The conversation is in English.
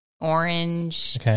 orange